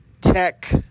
Tech